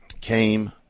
came